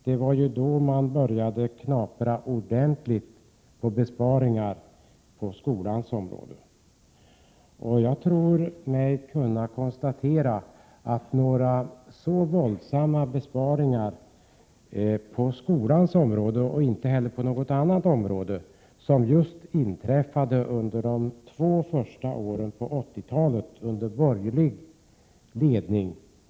Det var då man började knapra ordentligt och göra besparingar på skolans område. Jag tror mig kunna konstatera att vi inte sedan 1982 har haft några så våldsamma besparingar på skolans område — och inte heller på något annat område — som just under de två första åren på 80-talet, under borgerlig ledning.